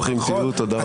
ברוכים תהיו, תודה רבה.